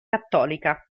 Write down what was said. cattolica